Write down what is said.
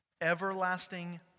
Everlasting